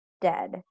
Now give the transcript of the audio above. dead